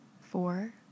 four